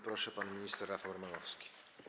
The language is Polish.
Proszę, pan minister Rafał Romanowski.